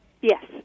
Yes